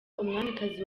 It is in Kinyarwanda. umwamikazi